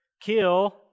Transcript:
kill